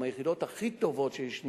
עם היחידות הכי טובות שיש,